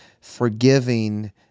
forgiving